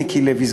מיקי לוי,